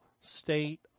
state